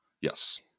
Yes